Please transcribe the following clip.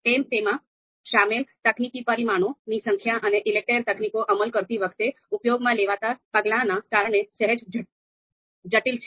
તે તેમાં શામેલ તકનીકી પરિમાણોની સંખ્યા અને ELECTRE તકનીકનો અમલ કરતી વખતે ઉપયોગમાં લેવાતા પગલાંના કારણે સહેજ જટિલ છે